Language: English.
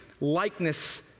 likeness